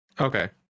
okay